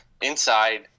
Inside –